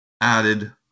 added